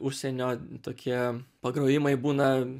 užsienio tokie pagrojimai būna